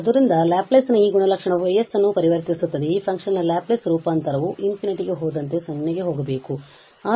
ಆದ್ದರಿಂದ ಲ್ಯಾಪ್ಲೇಸ್ ನ ಈ ಗುಣಲಕ್ಷಣವು Y ಅನ್ನು ಪರಿವರ್ತಿಸುತ್ತದೆ ಈ ಫಂಕ್ಷನ್ ನ ಲ್ಯಾಪ್ಲೇಸ್ ರೂಪಾಂತರವು ∞ ಹೋದಂತೆ 0 ಗೆ ಹೋಗಬೇಕು